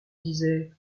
disait